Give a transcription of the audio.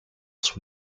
sur